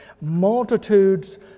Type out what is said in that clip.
multitudes